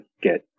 get